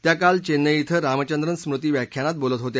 ते काल चेन्नई क्वे रामचंद्रन स्मृती व्याख्यानात बोलत होते